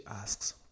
asks